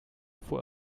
fuhr